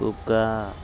కుక్క